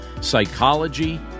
psychology